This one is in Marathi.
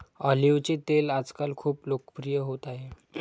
ऑलिव्हचे तेल आजकाल खूप लोकप्रिय होत आहे